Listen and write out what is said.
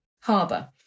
harbour